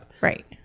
Right